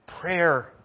Prayer